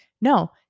No